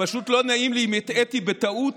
פשוט לא נעים לי אם הטעיתי בטעות